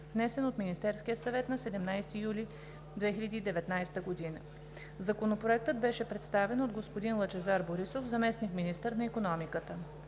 внесен от Министерския съвет на 17 юли 2019 г. Законопроектът беше представен от господин Лъчезар Борисов - зам.-министър на икономиката.